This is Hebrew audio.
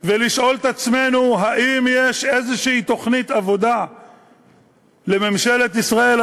ולשאול את עצמנו האם יש איזו תוכנית עבודה לממשלת ישראל,